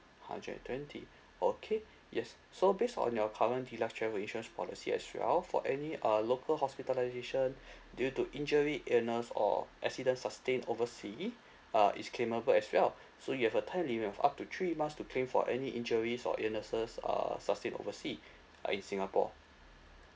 hundred and twenty okay yes so based on your current deluxe travel insurance policy as well for any uh local hospitalisation due to injury illness or accident sustain oversea ah it's claimable as well so you have a time limit of up to three months to claim for any injuries or illnesses err sustain oversea uh in singapore